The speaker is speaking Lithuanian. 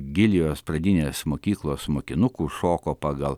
gilijos pradinės mokyklos mokinukų šoko pagal